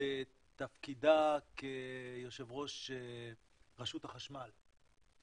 בתפקידה כיושב ראש רשות החשמל.